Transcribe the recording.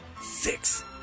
Six